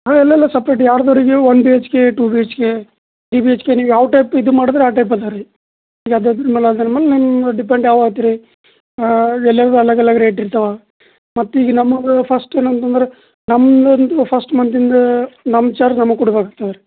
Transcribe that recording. ಹಾಂ ಅಲ್ಲಿ ಅಲ್ಲೇ ಸಪ್ರೇಟ್ ಯಾರದೋರಿಗೆ one B H K two B H K three B H K ನೀವು ಯಾವ ಟೈಪ್ ಇದು ಮಾಡಿದ್ರೆ ಆ ಟೈಪ್ ಅದೆ ರೀ ಈಗ ಅದೆ ಅದ್ರ ಮೇಲೆ ಅದ್ರ ಮೇಲೆ ನಿಮ್ಮ ಡಿಪೆಂಡ್ ಯಾವಾತ್ತು ರೀ ಎಲ್ಲವು ಅಲಗ್ ಅಲಗ್ ರೇಟ್ ಇರ್ತವೆ ಮತ್ತೆ ಈಗ ನಮ್ಗೆ ಫಸ್ಟ್ ಏನಂತಂದರೆ ನಮ್ಗಂತು ಫಸ್ಟ್ ಮಂತಿಂದ ನಮ್ಮ ಚಾರ್ಜ್ ನಮ್ಗೆ ಕೊಡ್ಬೇಕಾಗ್ತದೆ ರೀ